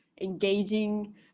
engaging